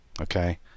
Okay